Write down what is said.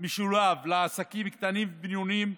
משולב לעסקים קטנים ובינוניים,